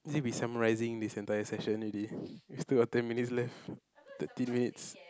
is it we summarising this entire session already we still got ten minutes left thirteen minutes